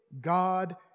God